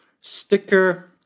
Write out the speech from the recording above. sticker